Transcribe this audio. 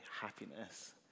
happiness